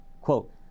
Quote